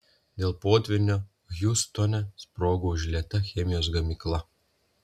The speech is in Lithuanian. dėl potvynio hjustone sprogo užlieta chemijos gamykla